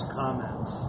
comments